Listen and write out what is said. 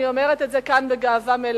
אני אומרת את זה כאן בגאווה מלאה,